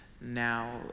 now